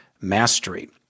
Mastery